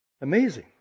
Amazing